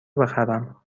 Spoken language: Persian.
بخرم